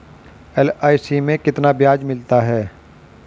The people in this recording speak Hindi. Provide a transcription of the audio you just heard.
एल.आई.सी में कितना ब्याज मिलता है?